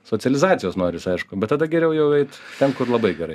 socializacijos noris aišku bet tada geriau jau eit ten kur labai gerai